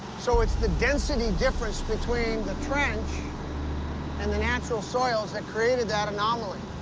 so it's the density difference between the trench and the natural soils that created that anomaly.